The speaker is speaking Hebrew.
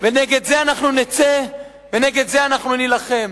ונגד זה אנחנו נצא ונגד זה אנחנו נילחם.